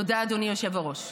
תודה, אדוני היושב-ראש.